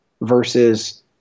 versus